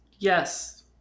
Yes